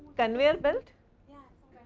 conveyor belt yeah